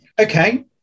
okay